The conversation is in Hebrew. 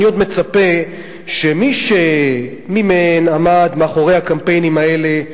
אני עוד מצפה שמי שעמד מאחורי הקמפיינים האלה,